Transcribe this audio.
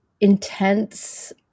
intense